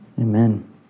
Amen